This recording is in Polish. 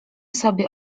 sobie